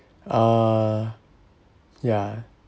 uh yeah